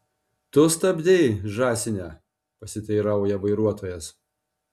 tu stabdei žąsine pasiteirauja vairuotojas